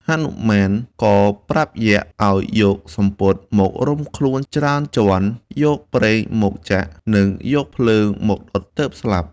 ហនុមានក៏ប្រាប់យក្ស ឱ្យយកសំពត់ មករុំខ្លួនច្រើនជាន់ យកប្រេងមកចាក់ និងយកភ្លើងមកដុតទើបស្លាប់។